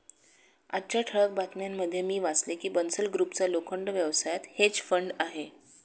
आजच्या ठळक बातम्यांमध्ये मी वाचले की बन्सल ग्रुपचा लोखंड व्यवसायात हेज फंड आहे